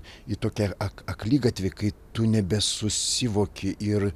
į tokią ak akligatvį kai tu nebesusivoki ir